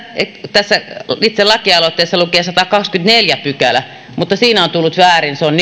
tässä itse lakialoitteessa lukee sadaskahdeskymmenesneljäs pykälä mutta siinä on tullut väärin se on